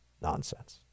nonsense